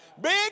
Big